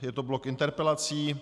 Je to blok interpelací.